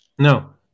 No